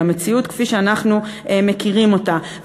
למציאות כפי שאנחנו מכירים אותה,